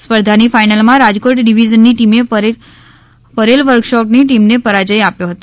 સ્પર્ધાની ફાઇનલમાં રાજકોટ ડિવિઝનની ટીમે પરેલ વર્કશોપની ટીમને પરાજ્ય આપ્યો હતો